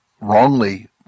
wrongly